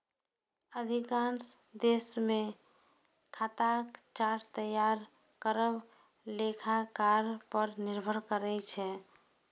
अधिकांश देश मे खाताक चार्ट तैयार करब लेखाकार पर निर्भर करै छै